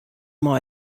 mei